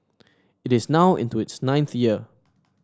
it is now into its ninth year